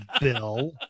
Bill